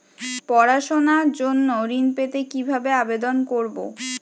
পড়াশুনা জন্য ঋণ পেতে কিভাবে আবেদন করব?